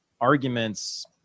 arguments